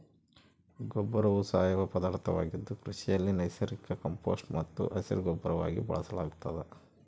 ಗೊಬ್ಬರವು ಸಾವಯವ ಪದಾರ್ಥವಾಗಿದ್ದು ಕೃಷಿಯಲ್ಲಿ ನೈಸರ್ಗಿಕ ಕಾಂಪೋಸ್ಟ್ ಮತ್ತು ಹಸಿರುಗೊಬ್ಬರವಾಗಿ ಬಳಸಲಾಗ್ತದ